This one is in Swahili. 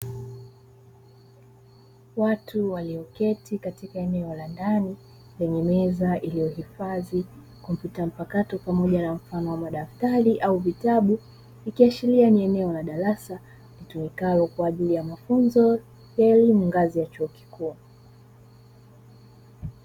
Watu walioketi katika eneo la ndani, lenye meza iliyoifadhi kompyuta mpakato pamoja na mfano wa madaftari au vitabu ikiashiria ni eneo la darasa litumikalo kwa ajili ya mafunzo ya elimu ngazi ya chuo kikuu.